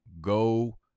go